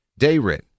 Dayrit